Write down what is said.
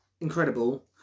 Incredible